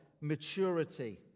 maturity